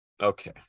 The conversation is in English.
okay